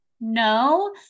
No